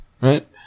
right